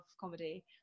comedy